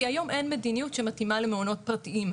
היום אין מדיניות שמתאימה למעונות פרטיים.